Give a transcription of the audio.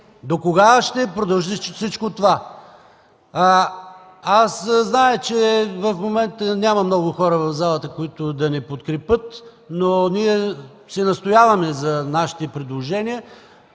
Докога ще продължи всичко това?! Зная, че в момента няма много хора в залата, които да ни подкрепят, но ние настояваме за нашите предложения.